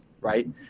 right